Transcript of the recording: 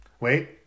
Wait